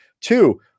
two